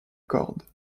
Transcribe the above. corde